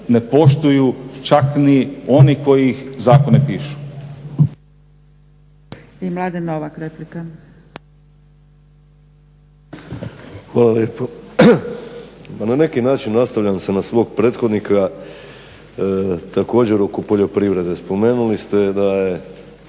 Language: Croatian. ne poštuju čak ni oni koji zakone pišu.